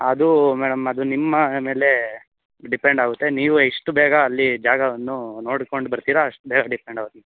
ಅದು ಮೇಡಮ್ ಅದು ನಿಮ್ಮ ಮೇಲೆ ಡಿಪೆಂಡ್ ಆಗುತ್ತೆ ನೀವು ಎಷ್ಟು ಬೇಗ ಅಲ್ಲಿ ಜಾಗವನ್ನು ನೋಡಿಕೊಂಡು ಬರ್ತೀರ ಅಷ್ಟು ಬೇಗ ಡಿಪೆಂಡ್ ಆಗುತ್ತೆ